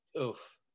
Oof